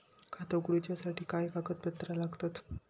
खाता उगडूच्यासाठी काय कागदपत्रा लागतत?